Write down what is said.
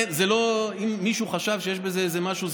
אם מישהו חשב שיש בזה איזה משהו,